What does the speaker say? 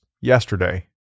yesterday